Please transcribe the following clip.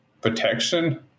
protection